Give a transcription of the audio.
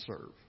serve